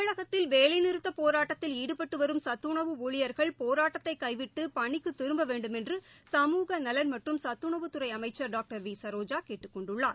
தமிழகத்தில் வேலைநிறுத்தப் போராட்டத்தில் ஈடுபட்டு வரும் சத்துணவு ஊழியர்கள் போராட்டத்தை கைவிட்டு பணிக்கு திரும்ப வேண்டுமென்று சமூக நலன் மறறும் சத்துணவுத்துறை அமைச்சர் டாக்டர் வி சரோஜா கேட்டுக் கொண்டுள்ளார்